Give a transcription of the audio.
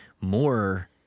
more